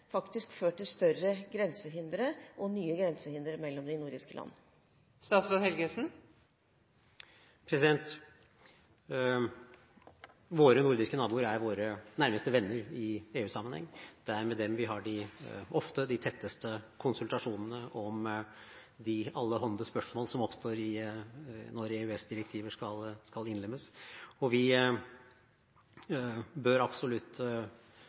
faktisk ført til større grensehindre og nye grensehindre mellom de nordiske land. Våre nordiske naboer er våre nærmeste venner i EU-sammenheng. Det er med dem vi ofte har de tetteste konsultasjonene om de allehånde spørsmål som oppstår når EØS-direktiver skal innlemmes. Vi bør absolutt